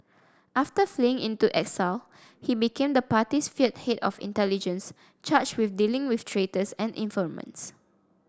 after fleeing into exile he became the party's feared head of intelligence charged with dealing with traitors and informants